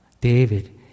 David